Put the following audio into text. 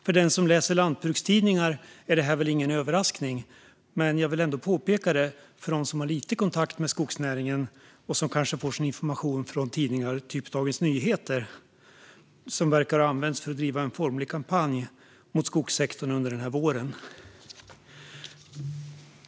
För den som läser lantbrukstidningar är väl detta ingen överraskning, men jag vill ändå påpeka det för dem som har lite kontakt med skogsnäringen och kanske får sin information från tidningar som Dagens Nyheter, som verkar ha använts för att driva en formlig kampanj mot skogssektorn under den här våren.